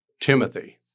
Timothy